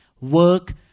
work